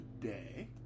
today